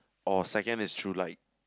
or second is through like